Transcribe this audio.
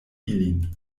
ilin